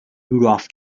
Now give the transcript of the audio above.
rudolf